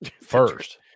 first